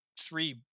three